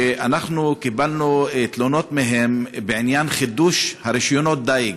שאנחנו קיבלנו תלונות מהם בעניין חידוש רישיונות הדיג,